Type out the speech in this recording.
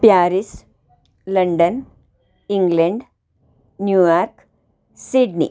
Paris London England New York Sydney